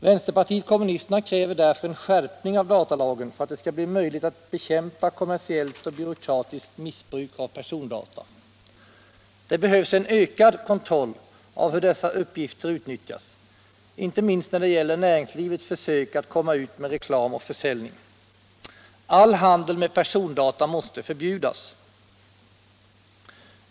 Vänsterpartiet kommunisterna kräver en skärpning av datalagen för att det skall bli möjligt att bekämpa kommersiellt och byråkratiskt missbruk av persondata. Det behövs en ökad kontroll av hur dessa uppgifter utnyttjas, inte minst när det gäller näringslivets försök att komma ut med reklam och försäljning. All handel med persondata måste förbjudas.